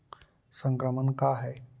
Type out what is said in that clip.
संक्रमण का है?